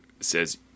says